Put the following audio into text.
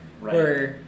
Right